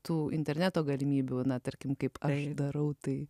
tų interneto galimybių na tarkim kaip aš darau tai